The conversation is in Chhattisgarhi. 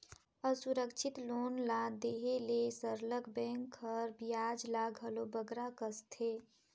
असुरक्छित लोन ल देहे में सरलग बेंक हर बियाज ल घलो बगरा कसथे